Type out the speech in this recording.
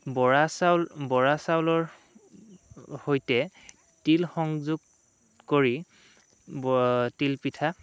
বৰা চাউল বৰা চাউলৰ সৈতে তিল সংযোগ কৰি তিলপিঠা